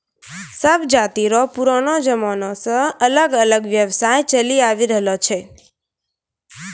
सब जाति रो पुरानो जमाना से अलग अलग व्यवसाय चलि आवि रहलो छै